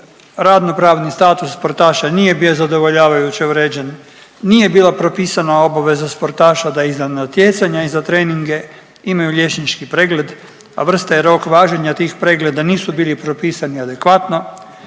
radno pravni status sportaša nije bio zadovoljavajuće uređen, nije bila propisana obaveza sportaša da i za natjecanja i za treninge imaju liječnički pregled, a vrsta i rok važenja tih pregleda nisu bili propisani adekvatno,